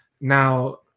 Now